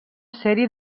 sèrie